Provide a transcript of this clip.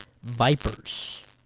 Vipers